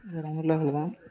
வேறு ஒன்றுல்ல இவ்வளோ தான்